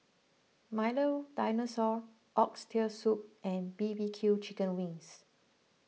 Milo Dinosaur Oxtail Soup and B B Q Chicken Wings